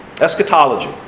Eschatology